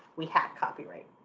we had copyright,